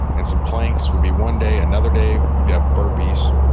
and some planks would be one day. another day you'd have burpees.